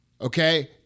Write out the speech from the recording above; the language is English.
okay